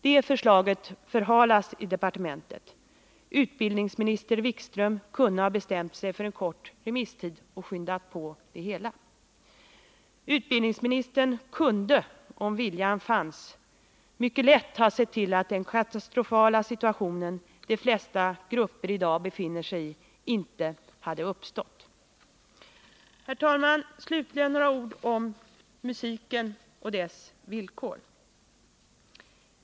— Det förslaget förhalas i departementet ——=—. Utbildningsminister Wikström kunde ha bestämt sig för en kort remisstid och skyndat på det hela.” Utbildningsministern kunde, om viljan hade funnits, mycket lätt ha sett till att den mycket katastrofala situation som de flesta grupper i dag befinner sig i inte hade uppstått. Herr talman! Slutligen några ord om musiken och dess villkor.